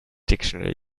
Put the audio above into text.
dictionary